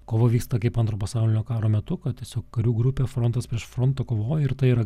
kova vyksta kaip antro pasaulinio karo metu kad tiesiog karių grupė frontas prieš frontą kovoja ir tai yra